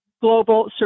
Global